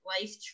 life